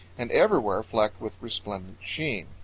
and everywhere flecked with resplendent sheen.